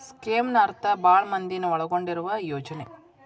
ಸ್ಕೇಮ್ನ ಅರ್ಥ ಭಾಳ್ ಮಂದಿನ ಒಳಗೊಂಡಿರುವ ಯೋಜನೆ